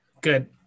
Good